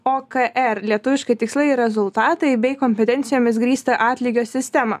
okr lietuviškai tikslai ir rezultatai bei kompetencijomis grįstą atlygio sistemą